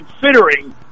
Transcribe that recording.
considering